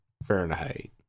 Fahrenheit